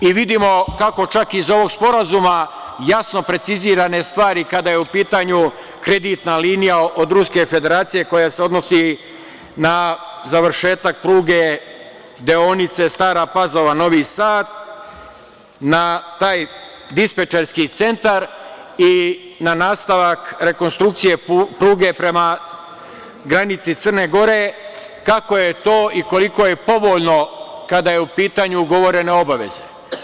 Vidimo kako čak iz ovog sporazuma jasno precizirane stvari, kada je u pitanju kreditna linija od Ruske Federacije koja se odnosi na završetak pruge deonice Stara Pazova-Novi Sad, na taj dispečerski centar i na nastavak rekonstrukcije pruge prema granici Crne Gore, kako je to i koliko je povoljno kada su u pitanju ugovorene obaveze.